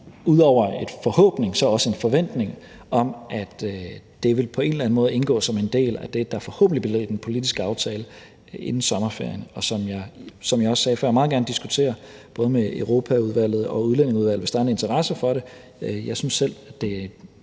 ud over en forhåbning også en forventning om, at det på en eller anden måde vil indgå som en del af det, der forhåbentlig bliver den politiske aftale inden sommerferien, og som jeg – som jeg også sagde før – meget gerne diskuterer både med Europaudvalget og Udlændingeudvalget, hvis der er en interesse for det. Jeg synes selv, at det